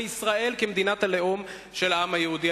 בישראל כמדינת הלאום של העם היהודי.